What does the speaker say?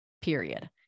period